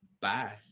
bye